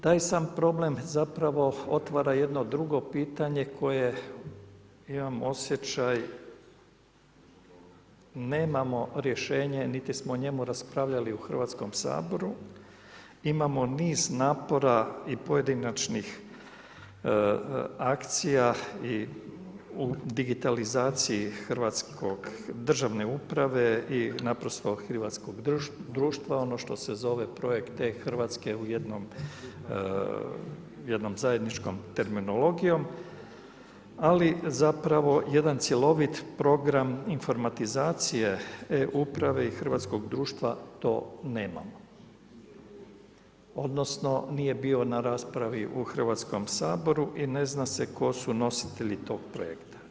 Taj sam problem zapravo otvara jedno drugo pitanje koje imam osjećaj nemamo rješenje niti smo o njemu raspravljali u Hrvatskom saboru, imamo niz napora i pojedinačnih akcija u digitalizaciji državne uprave i naprosto hrvatskog društva, ono što se zove projekt e-Hrvatska jednom zajedničkom terminologijom ali zapravo jedan cjelovit program informatizacije e-uprave i hrvatskog društva, to nemamo odnosno nije bio na raspravi u Hrvatskom saboru i ne znam tko su nositelji tog projekta.